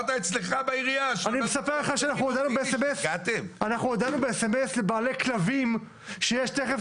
בעירייה שממנה אני בא הודענו בסמס לבעלי כלבים שיש עוד